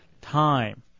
time